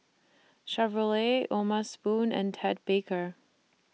Chevrolet O'ma Spoon and Ted Baker